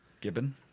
Gibbon